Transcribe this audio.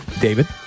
David